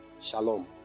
Shalom